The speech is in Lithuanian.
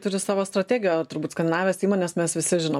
turi savo strategiją turbūt skandinavijos įmones mes visi žinom